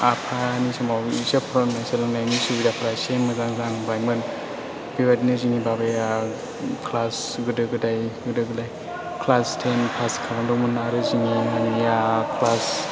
आफानि समाव बिजाब फरायनायनि सोलोंनायनि सुबिदाफोरा एसे मोजां जाहांबायमोन बेबायदिनो जोंनि बाबाया क्लास गोदो गोदाय गोदो गोदाय क्लास टेन पास खालामदोंमोन आरो जोंनि मामिया क्लास